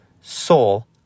soul